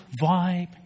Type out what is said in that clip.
vibe